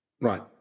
Right